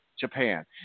Japan